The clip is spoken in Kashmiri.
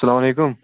اسَلامُ علیکُم